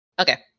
Okay